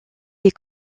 les